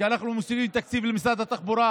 כשאנחנו מוסיפים תקציב למשרד התחבורה,